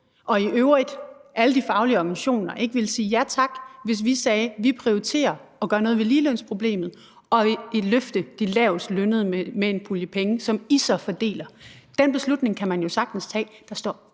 og i øvrigt alle de faglige organisationer ikke ville sige ja tak, hvis vi sagde, at vi prioriterer at gøre noget ved ligelønsproblemet og vil løfte de lavestlønnede med en pulje penge, som de så fordeler. Den beslutning kan man jo sagtens tage. Det står